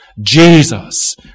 Jesus